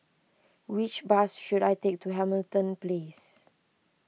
which bus should I take to Hamilton Place